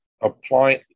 applying